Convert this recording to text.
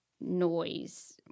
noise